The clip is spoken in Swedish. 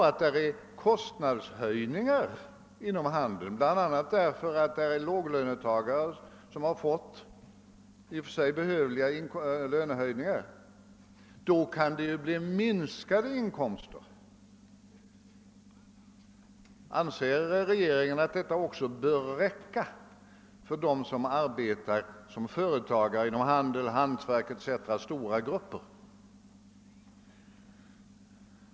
Om det blir kostnadshöjningar inom handeln, bl.a. därför att där finns många låglönetagare, som får en i och för sig välbehövlig lönehöjning, kan handeln få minskade inkomster. Anser regeringen att detta också bör räcka för de stora grupper som arbetar såsom företagare inom handel, hantverk etc.?